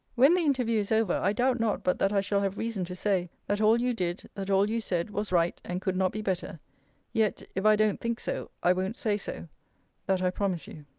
when the interview is over, i doubt not but that i shall have reason to say, that all you did, that all you said, was right, and could not be better yet, if i don't think so, i won't say so that i promise you.